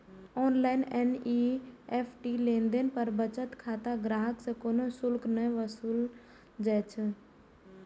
online NEFT लेनदेन पर बचत खाता ग्राहक सं कोनो शुल्क नै वसूलल जाइ छै